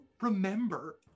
remember